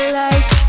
lights